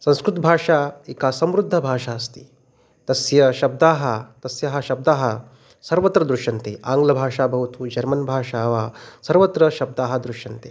संस्कृतभाषा एका समृद्धभाषा अस्ति तस्याः शब्दाः तस्याः शब्दाः सर्वत्र दृश्यन्ते आङ्ग्लभाषा भवतु जर्मन् भाषा वा सर्वत्र शब्दाः दृश्यन्ते